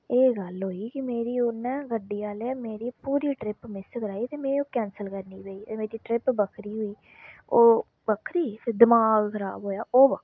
एह् गल्ल होई कि मेरी उन्नै गड्डी आह्ले मेरी पूरी ट्रिप मिस कराई ते में कैंसल करनी पेई ते मिकी ट्रिप बक्खरी होई ओह् बक्खरी ते दमाग खराब होएआ ओह् बक्खरा